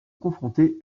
confrontés